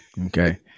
Okay